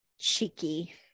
Cheeky